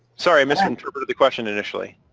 sorry, i misinterpreted the question initially.